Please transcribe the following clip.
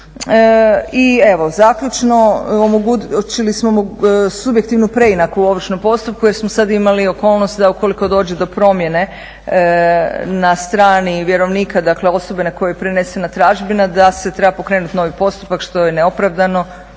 I evo, zaključno omogućili smo subjektivnu preinaku u ovršnom postupku jer smo sad imali okolnost da ukoliko dođe do promjene na strani vjerovnika, dakle osobe na koju je prenesena tražbina da se treba pokrenuti novi postupak što je neopravdano.